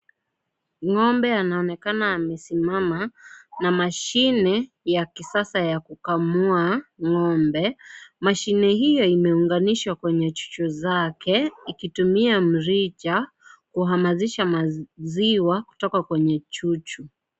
Ng'ombe anaonekana amesimama na mashine ya kisasa ya kukamua ng'ombe. Mashine hiyo imeunganishwa kwenye chuchu zake ikitumia mrija kuhamasisha maziwa kutoka kwenye chuchu.